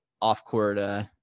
off-court